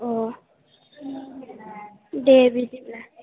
अ दे बिदिब्ला